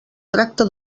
tracta